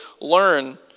learn